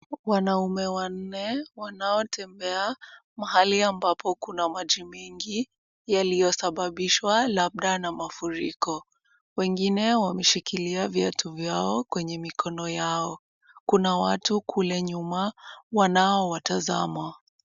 Wanaume wanne, wanaotembea mahali ambapo kuna maji mingi, yaliyosababishwa labda na mafuriko. Wengine wameshikilia viatu vyao kwenye mikono yao. Kuna watu kule nyuma, wanaowatazama.